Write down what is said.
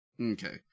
Okay